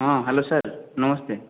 ହଁ hello sir ନମସ୍ତେ